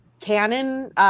Canon